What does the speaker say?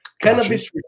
Cannabis